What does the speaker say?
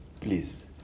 please